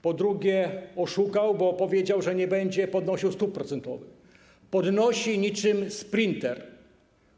Po drugie, oszukał, bo powiedział, że nie będzie podnosił stóp procentowych, a podnosi niczym sprinter.